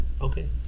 okay